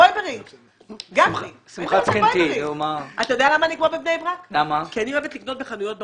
כי אני אוהבת לקנות בחנויות ברחוב.